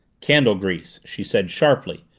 candle grease! she said sharply,